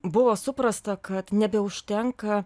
buvo suprasta kad nebeužtenka